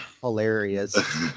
hilarious